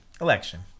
election